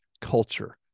culture